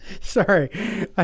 Sorry